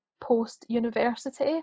post-university